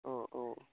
অঁ অঁ